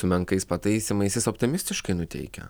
su menkais pataisymais jis optimistiškai nuteikia